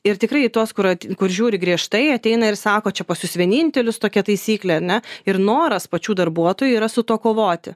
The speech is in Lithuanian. ir tikrai į tuos kur kur žiūri griežtai ateina ir sako čia pas jus vienintelius tokia taisyklė ane ir noras pačių darbuotojų yra su tuo kovoti